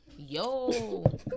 Yo